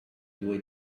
due